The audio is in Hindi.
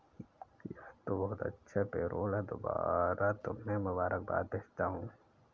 यह तो बहुत अच्छा पेरोल है दोबारा तुम्हें मुबारकबाद भेजता हूं